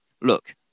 Look